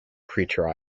creature